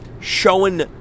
showing